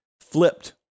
flipped